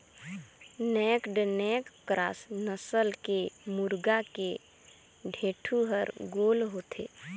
naked neck cross नसल के मुरगा के ढेंटू हर गोल होथे